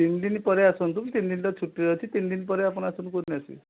ତିନିଦିନ ପରେ ଆସନ୍ତୁ ତିନିଦିନ ତ ଛୁଟିରେ ଅଛି ତିନିଦିନ ପରେ ଆପଣ ଆସନ୍ତୁ କେଉଁ ଦିନ ଆସିବେ